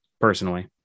personally